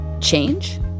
change